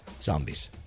zombies